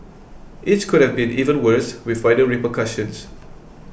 each could have been even worse with wider repercussions